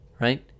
right